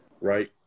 right